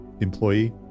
employee